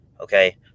Okay